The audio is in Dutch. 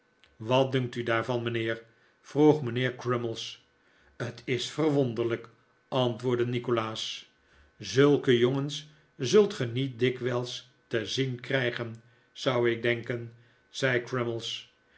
wat dunkt u daarvan mijnheer vroeg mijnheer crummies t is verwonderlijk antwoordde nikolaas zulke jongens zult ge niet dikwijls te zien krijgen zou ik denken zei